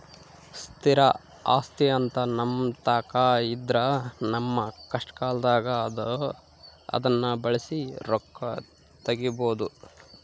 ಸ್ಥಿರ ಆಸ್ತಿಅಂತ ನಮ್ಮತಾಕ ಇದ್ರ ನಮ್ಮ ಕಷ್ಟಕಾಲದಾಗ ಅದ್ನ ಬಳಸಿ ರೊಕ್ಕ ತಗಬೋದು